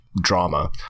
drama